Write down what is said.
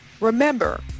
Remember